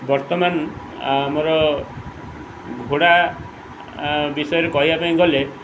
ବର୍ତ୍ତମାନ ଆମର ଘୋଡ଼ା ବିଷୟରେ କହିବା ପାଇଁ ଗଲେ